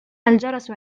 الجرس